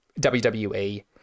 WWE